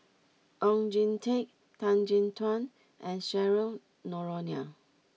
Oon Jin Teik Tan Chin Tuan and Cheryl Noronha